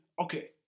Okay